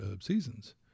seasons